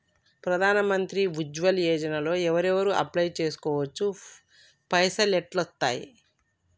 ప్రధాన మంత్రి ఉజ్వల్ యోజన లో ఎవరెవరు అప్లయ్ చేస్కోవచ్చు? పైసల్ ఎట్లస్తయి?